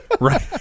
Right